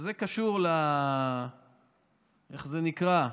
וזה קשור, איך זה נקרא,